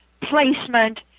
placement